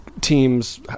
teams